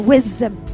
Wisdom